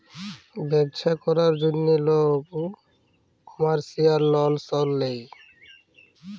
ব্যবছা ক্যরার জ্যনহে লক কমার্শিয়াল লল সল লেয়